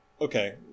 okay